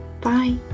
Bye